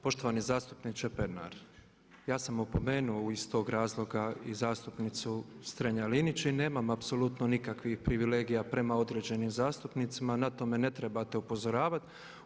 Poštovani zastupniče Pernar ja sam opomenuo iz tog razloga i zastupnicu Strenja-Linić i nemam apsolutno nikakvih privilegija prema određenim zastupnicima, na to me ne trebate upozoravati.